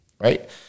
right